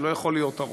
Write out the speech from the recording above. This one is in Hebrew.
זה לא יכול להיות ארוך.